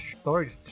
stories